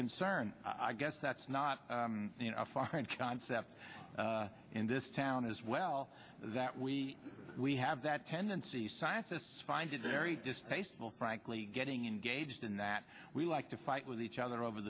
concern i guess that's not a foreign concept in this town as well that we we have that tendency scientists find it very distasteful frankly getting engaged in that we like to fight with each other over